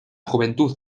juventud